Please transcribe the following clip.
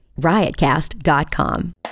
riotcast.com